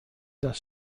das